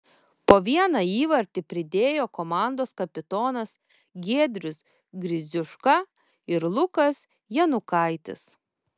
po vieną įvartį pridėjo komandos kapitonas giedrius gridziuška ir lukas janukaitis